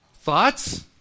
Thoughts